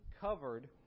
covered